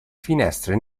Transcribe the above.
finestre